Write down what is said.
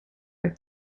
like